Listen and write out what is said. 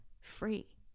free